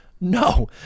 No